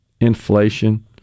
inflation